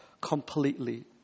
completely